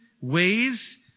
ways